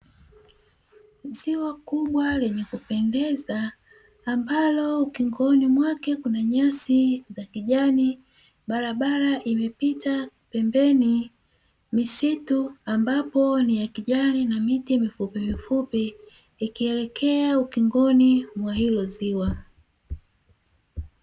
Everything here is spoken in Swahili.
Ziwa kubwa lenye kupendeza ambalo ukingoni mwake kuna nyasi za kijani. Barabara imepita pembeni misitu ambapo ni ya kijani na miti mifupimifupi ikielekea ukingoni mwa hilo ziwa.